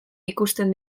ikusten